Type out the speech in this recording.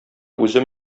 үзем